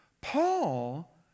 Paul